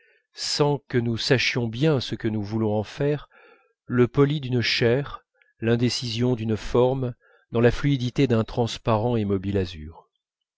sans que nous sachions bien ce que nous voulons en faire le poli d'une chair l'indécision d'une forme dans la fluidité d'un transparent et mobile azur